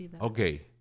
okay